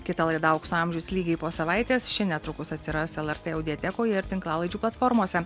kita laida aukso amžius lygiai po savaitės ši netrukus atsiras lrt audiatekoje ir tinklalaidžių platformose